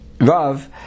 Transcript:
Rav